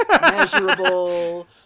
Measurable